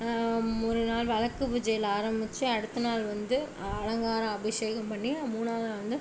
மூணு நாள் விளக்கு பூஜையில் ஆரமிச்சு அடுத்த நாள் வந்து அலங்காரம் அபிஷேகம் பண்ணி மூணாவது நாள் வந்து